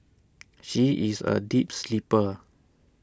she is A deep sleeper